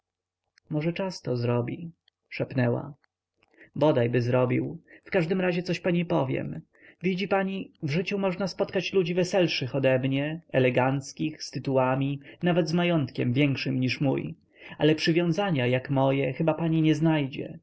może czas to zrobi szepnęła bodajby zrobił w każdym razie coś pani powiem widzi pani w życiu można spotkać ludzi weselszych odemnie eleganckich z tytułami nawet z majątkiem większym niż mój ale przywiązania jak moje chyba pani nie znajdzie